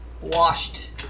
washed